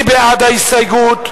מי בעד ההסתייגות?